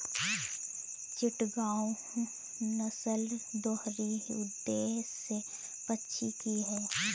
चिटगांव नस्ल दोहरी उद्देश्य पक्षी की है